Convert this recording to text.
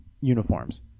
uniforms